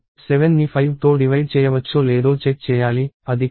7ని 5తో డివైడ్ చేయవచ్చో లేదో చెక్ చేయాలి అది కాదు